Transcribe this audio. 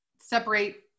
separate